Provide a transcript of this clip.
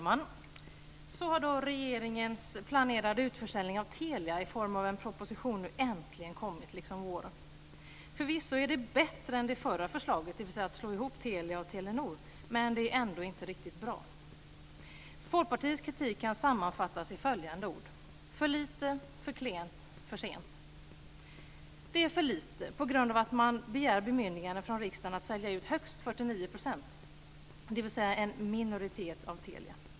Herr talman! Regeringens planerade utförsäljning av Telia i form av en proposition har nu äntligen kommit, liksom våren. Förvisso är det bättre än det förra förslaget, dvs. att slå ihop Telia och Telenor. Men det är ändå inte riktigt bra. Folkpartiets kritik kan sammanfattas med följande ord: för lite, för klent, för sent. Det är för lite på grund av att man begär bemyndigande från riksdagen att sälja ut högst 49 %, dvs. en minoritet av Telia.